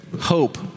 hope